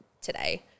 today